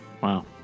Wow